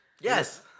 Yes